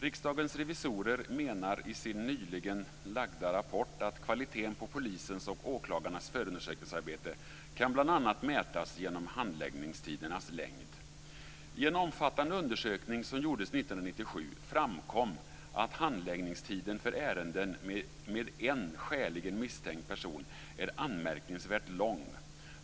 Riksdagens revisorer menar i sin nyligen lagda rapport att kvaliteten på polisens och åklagarnas förundersökningsarbete bl.a. kan mätas genom handläggningstidernas längd. framkom att handläggningstiden för ärenden med en skäligen misstänkt person är anmärkningsvärt lång.